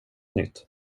nytt